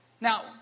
Now